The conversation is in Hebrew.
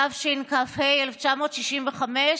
התשכ"ה 1965,